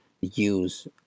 use